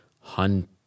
hunt